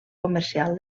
comercial